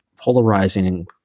polarizing